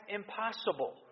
impossible